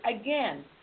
again